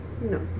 no